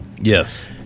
Yes